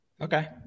Okay